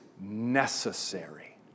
necessary